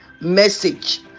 message